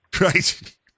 right